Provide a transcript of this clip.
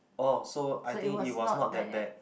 oh so I think it was not that bad